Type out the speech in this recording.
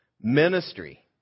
Ministry